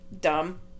Dumb